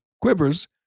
quivers